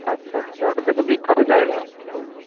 আচ্ছা আচ্ছা ওটা তো একটা বিখ্যাত জায়গা বলুন